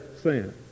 sin